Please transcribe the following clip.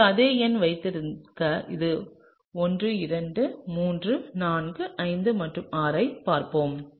எனவே அதே எண்ணை வைத்திருக்க இது 1 2 3 4 5 மற்றும் 6 ஐப் பார்ப்போம்